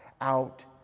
out